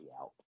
out